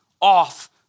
off